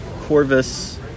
Corvus